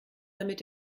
damit